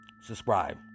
Subscribe